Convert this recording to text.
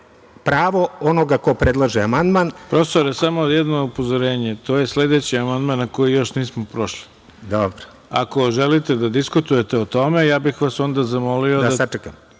pravo onoga ko predlaže amandman. **Ivica Dačić** Profesore, samo jedno upozorenje. To je sledeći amandman na koji još nismo prešli. Ako želite da diskutujete o tome, ja bih vas onda zamolio da sačekate,